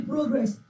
Progress